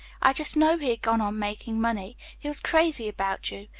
i just know he had gone on making money he was crazy about you.